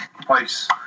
place